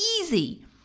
easy